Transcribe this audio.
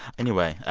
anyway,